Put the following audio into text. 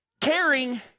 caring